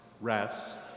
rest